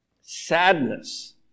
sadness